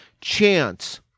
chance